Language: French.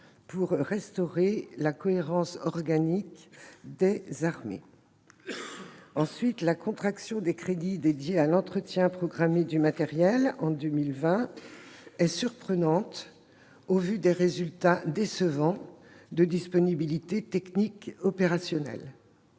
pour restaurer la cohérence organique des armées. « La contraction des crédits alloués à l'entretien programmé du matériel pour 2020 est surprenante au vu des résultats décevants en termes de disponibilité technique opérationnelle.